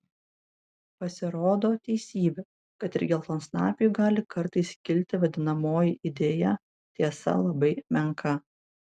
pasirodo teisybė kad ir geltonsnapiui gali kartais kilti vadinamoji idėja tiesa labai menka